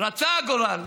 רצה הגורל,